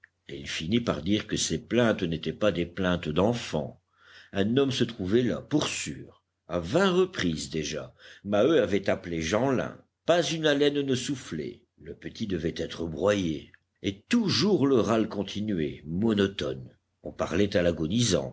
et il finit par dire que ces plaintes n'étaient pas des plaintes d'enfant un homme se trouvait là pour sûr a vingt reprises déjà maheu avait appelé jeanlin pas une haleine ne soufflait le petit devait être broyé et toujours le râle continuait monotone on parlait à